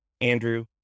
Andrew